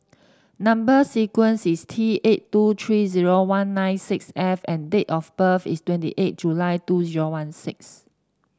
number sequence is T eight two three zero one nine six F and date of birth is twenty eight July two zero one six